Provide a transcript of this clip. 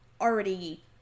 already